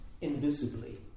invisibly